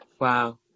Wow